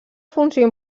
funció